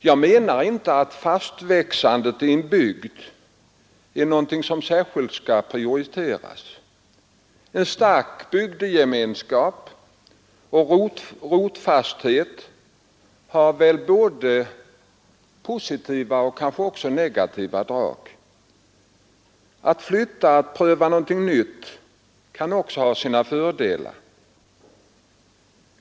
Jag menar inte att fastväxandet i en bygd är någonting som särskilt skall prioriteras. En stark bygdegemenskap och rotfasthet har positiva men kanske också negativa drag. Att flytta, att pröva någonting nytt kan också ha sina fördelar.